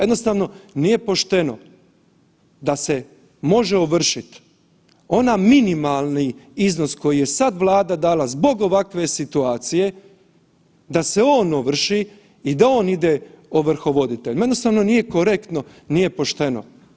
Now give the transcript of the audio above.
Jednostavno nije pošteno da se može ovršiti onaj minimalni iznos koji se sad Vlada dala zbog ovakve situacije da se on ovrši i da on ide ovrhovoditeljima, jednostavno nije korektno, nije pošteno.